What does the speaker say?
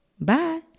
Bye